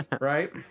right